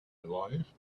alive